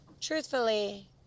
Truthfully